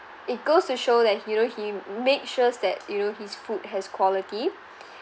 it goes to show that you know he make sures that you know his food has quality